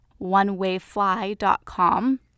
onewayfly.com